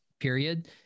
period